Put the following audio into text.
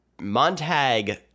Montag